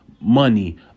money